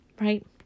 right